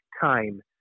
time